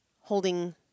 holding